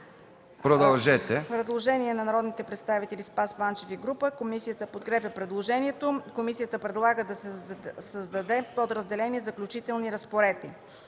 Продължете